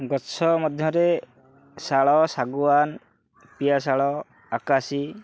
ଗଛ ମଧ୍ୟରେ ଶାଳ ଶାଗୁଆନ ପିଆଶାଳ ଆକାଶୀ